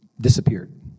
disappeared